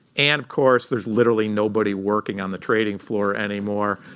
and, of course, there's literally nobody working on the trading floor anymore,